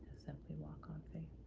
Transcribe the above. simply walk on